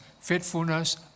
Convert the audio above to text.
faithfulness